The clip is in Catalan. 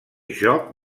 joc